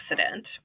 accident